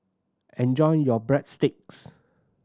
enjoy your Breadsticks